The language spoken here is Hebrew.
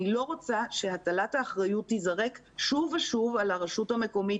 אני לא רוצה שהטלת האחריות תיזרק שוב ושוב על הרשות המקומית.